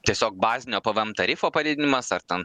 tiesiog bazinio pvm tarifo padidinimas ar ten